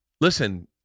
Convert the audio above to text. listen